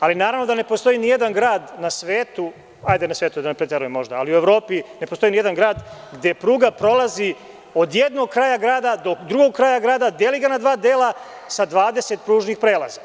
Ali, naravno da ne postoji nijedan grad na svetu, da ne preterujem, ali u Evropi ne postoji nijedan grad gde pruga prolazi od jednog kraja grada do drugog kraja grada, deli ga na dva dela sa 20 pružnih prelaza.